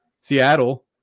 Seattle